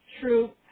true